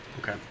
Okay